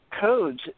codes